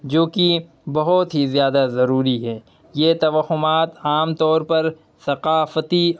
جو کہ بہت ہی زیادہ ضروری ہے یہ توہمات عام طور پر ثقافتی